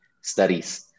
studies